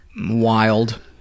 wild